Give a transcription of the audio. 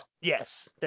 Yes